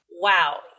Wow